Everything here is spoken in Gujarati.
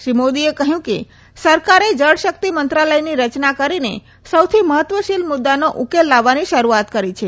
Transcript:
શ્રી મોદીએ કહ્યું કે સરકારે જળશક્તિ મંત્રાલયની રચના કરીને સૌથી મહત્વશીલ મુદ્દાનો ઉકેલ લાવવાની શરૃઆત કરી છે